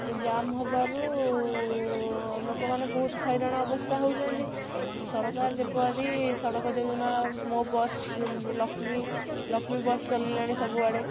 ଜାମ ହବାରୁ ଲୋକମାନେ ବହୁତ ହଇରାଣ ଅବସ୍ଥା ହଉଛନ୍ତି ସରକାର ଯେପରି ସଡ଼କ ଯୋଜନା ମୋ ବସ ଲକ୍ଷ୍ମୀ ଲକ୍ଷ୍ମୀ ବସ ଚାଲିଲାଣି ସବୁଆଡ଼େ